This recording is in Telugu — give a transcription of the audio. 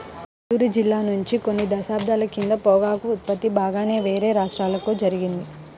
మన గుంటూరు జిల్లా నుంచి కొన్ని దశాబ్దాల క్రితం పొగాకు ఉత్పత్తి బాగానే వేరే రాష్ట్రాలకు జరిగింది